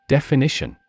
Definition